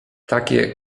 takie